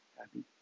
Happy